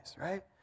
right